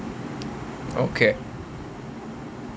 okay